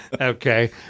Okay